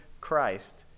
Christ